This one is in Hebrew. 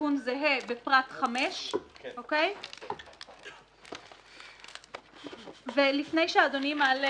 תיקון זהה בפרט 5. ולפני שאדוני מעלה